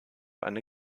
eine